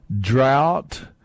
drought